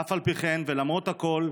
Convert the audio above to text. אף על פי כן ולמרות הכול,